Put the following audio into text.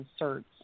inserts